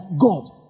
God